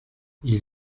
ils